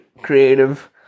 creative